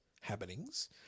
happenings